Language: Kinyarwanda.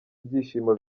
ibyishimo